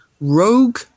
rogue